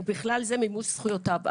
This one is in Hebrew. ובכלל זה מימוש זכויותיו.